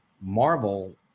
Marvel